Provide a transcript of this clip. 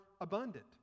abundant